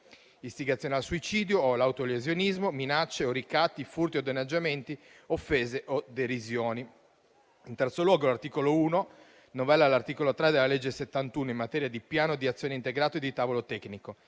istigazione al suicidio o all'autolesionismo, minacce o ricatti, furti o danneggiamenti, offese o derisioni. In terzo luogo, l'articolo 1 novella l'articolo 3 della legge n. 71 in materia di piano di azione integrato e di tavolo tecnico.